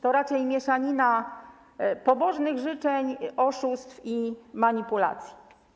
To raczej mieszanina pobożnych życzeń, oszustw i manipulacji.